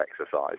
exercise